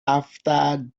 after